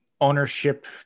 ownership